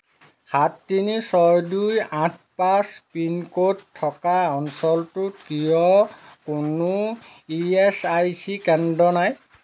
সাত তিনি ছয় দুই আঠ পাঁচ পিনক'ড থকা অঞ্চলটোত কিয় কোনো ই এছ আই চি কেন্দ্র নাই